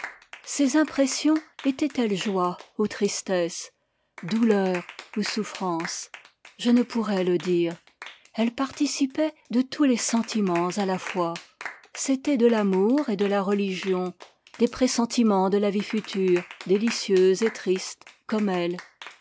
ces impressions étaient-elles joie ou tristesse douleur ou souffrance je ne pourrais le dire elles participaient de tous les sentimens à la fois c'était de l'amour et de la religion des pressentimens de la vie future délicieux et tristes comme elle